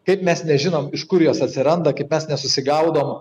kaip mes nežinom iš kur jos atsiranda kaip mes nesusigaudom